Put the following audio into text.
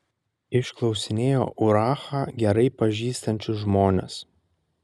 išklausinėjo urachą gerai pažįstančius žmones